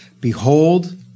Behold